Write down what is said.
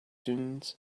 dunes